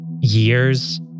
years